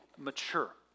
mature